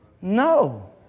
No